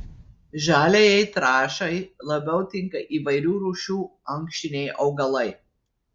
žaliajai trąšai labiau tinka įvairių rūšių ankštiniai augalai